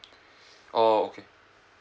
oh okay